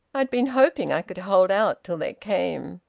i'd been hoping i could hold out till they came.